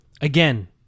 Again